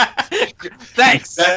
Thanks